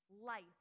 life